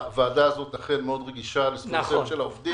הוועדה הזאת באמת מאוד רגישה לסוגיית העובדים.